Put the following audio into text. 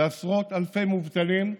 זה עשרות אלפי מובטלים,